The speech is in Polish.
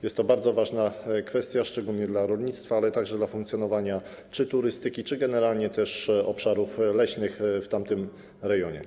Jest to bardzo ważna kwestia, szczególnie dla rolnictwa, ale także dla funkcjonowania czy turystyki, czy generalnie obszarów leśnych w tamtym rejonie.